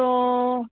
તો